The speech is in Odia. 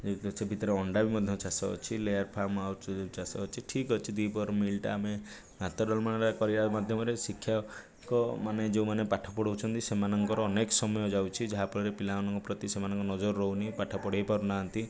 ଭିତରେ ଅଣ୍ଡା ବି ମଧ୍ୟ ଚାଷ ଅଛି ଲେୟାର୍ ଫାର୍ମ୍ହାଉସ୍ ଚାଷ ଅଛି ଠିକ୍ ଅଛି ଦ୍ୱିପହର ମିଲ୍ଟା ଆମେ ଭାତ ଡାଲମାଟା କରିବା ମାଧ୍ୟମରେ ଶିକ୍ଷକମାନେ ଯେଉଁମାନେ ପାଠ ପଢ଼ଉଛନ୍ତି ସେମାନଙ୍କର ଅନେକ ସମୟ ଯାଉଛି ଯାହାଫଳରେ ପିଲାମାନଙ୍କ ପ୍ରତି ସେମାନଙ୍କ ନଜର ରହୁନି ପାଠ ପଢ଼େଇ ପାରୁନାହାଁନ୍ତି